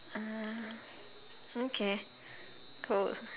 uh okay cool